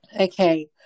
Okay